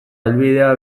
helbidea